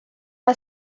are